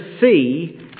see